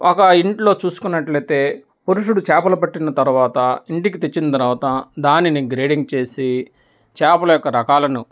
ఒక ఇంట్లో చూసుకున్నట్లయితే పురుషుడు చేపలు పట్టిన తర్వాత ఇంటికి తెచ్చిన తర్వాత దానిని గ్రేడింగ్ చేసి చేపలు యొక్క రకాలను